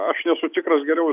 aš nesu tikras geriau